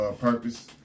Purpose